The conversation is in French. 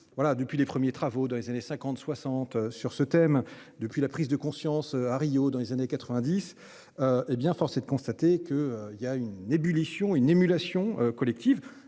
depuis les premiers travaux dans les années 50 60 sur ce thème depuis la prise de conscience à Rio. Dans les années 90. Eh bien force est de constater que il y a une ébullition une émulation collective.